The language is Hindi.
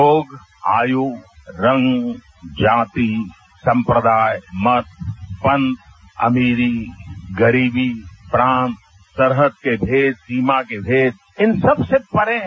योग आयु रंग जाति सम्प्रदाय मत पंत अमीरी गरीबी प्रांत सरहद के भेद सीमा के भेद इन सबसे परे है